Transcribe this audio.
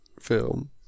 film